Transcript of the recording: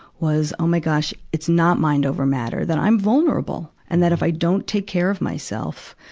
was, oh my gosh, it's not mind over matter. that i'm vulnerable and that if i don't take care of myself,